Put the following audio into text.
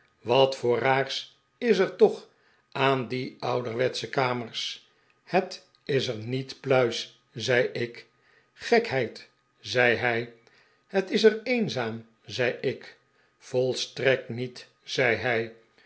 wat voor raars is er toch aan die ouderwetsche kamers het is er niet pluis zei ik gekheid zei hij het is er eenzaam zei ik volstrekt niet zei hij